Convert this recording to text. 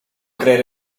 creer